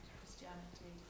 Christianity